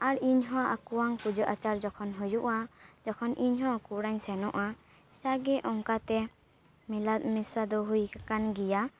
ᱟᱨ ᱤᱧᱦᱚᱸ ᱟᱠᱚᱣᱟᱜ ᱯᱩᱡᱟᱹ ᱟᱪᱟᱨ ᱡᱚᱠᱷᱚᱱ ᱦᱩᱭᱩᱜᱼᱟ ᱡᱚᱠᱷᱚᱱ ᱤᱧᱦᱚᱸ ᱩᱱᱠᱩ ᱚᱲᱟᱜ ᱤᱧ ᱥᱮᱱᱚᱜᱼᱟ ᱡᱟᱜᱮ ᱚᱱᱠᱟ ᱛᱮ ᱢᱮᱞᱟ ᱢᱮᱥᱟ ᱫᱚ ᱦᱩᱭ ᱟᱠᱟᱱ ᱜᱮᱭᱟ